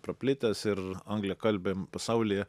paplitęs ir angliakalbiam pasaulyje